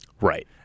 Right